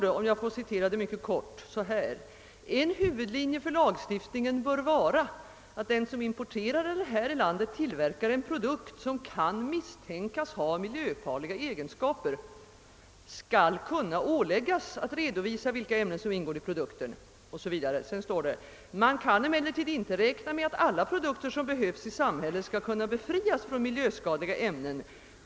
Jag ber att få återge dem mycket kort: »En huvudlinje för lagstiftningen bör vara att den som importerar eller här i landet tillverkar en produkt som kan misstänkas ha miljöfarliga egenskaper eller som innehåller ämnen med ofullständigt kända effekter skall kunna åläggas att redovisa vilka ämnen som ingår i produkten ——— Man kan emellertid inte räkna med att alla produkter: som behövs i samhället skall kunna befrias från miljöskadliga ämnen.